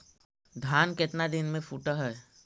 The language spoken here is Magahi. धान केतना दिन में फुट है?